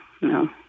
no